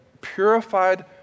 purified